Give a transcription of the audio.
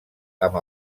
amb